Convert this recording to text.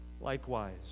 Likewise